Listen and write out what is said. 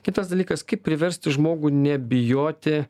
kitas dalykas kaip priversti žmogų nebijoti